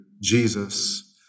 Jesus